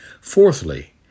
Fourthly